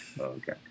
okay